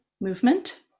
movement